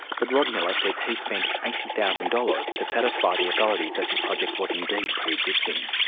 but rod miller says he spent eighty thousand dollars to satisfy the authorities that the project was indeed pre-existing.